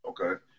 Okay